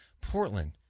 Portland